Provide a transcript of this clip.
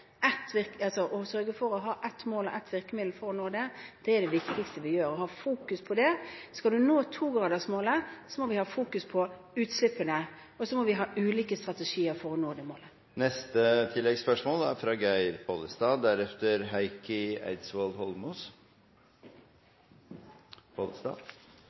ett mål og ett virkemiddel for å nå det og ha fokus på dét. Skal vi nå 2-gradersmålet, må vi ha fokus på utslippene, og så må vi ha ulike strategier for å nå det målet. Geir Pollestad